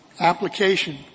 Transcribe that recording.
application